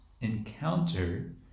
encounter